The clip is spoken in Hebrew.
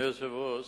אדוני היושב-ראש,